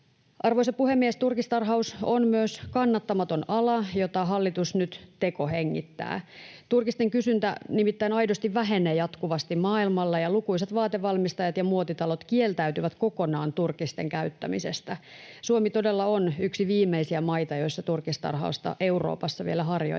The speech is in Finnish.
Arvoisa puhemies! Turkistarhaus on myös kannattamaton ala, jota hallitus nyt tekohengittää. Turkisten kysyntä nimittäin aidosti vähenee jatkuvasti maailmalla, ja lukuisat vaatevalmistajat ja muotitalot kieltäytyvät kokonaan turkisten käyttämisestä. Suomi todella on yksi viimeisiä maita, joissa turkistarhausta Euroopassa vielä harjoitetaan.